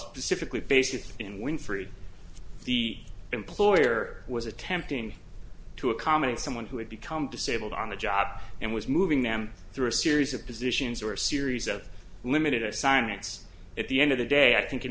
specifically basically in winfrey the employer was attempting to accommodate someone who had become disabled on the job and was moving them through a series of positions or a series of limited assignments at the end of the day i think in